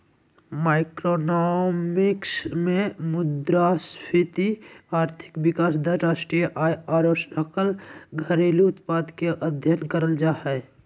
macroeconomics मे मुद्रास्फीति, आर्थिक विकास दर, राष्ट्रीय आय आरो सकल घरेलू उत्पाद के अध्ययन करल जा हय